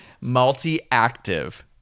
multi-active